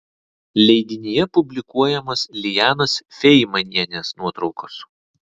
leidinyje publikuojamos lijanos feimanienės nuotraukos